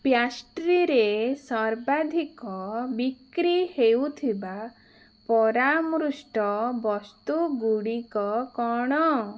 ପ୍ୟାଷ୍ଟ୍ରିରେ ସର୍ବାଧିକ ବିକ୍ରି ହେଉଥିବା ପରାମୃଷ୍ଟ ବସ୍ତୁଗୁଡ଼ିକ କ'ଣ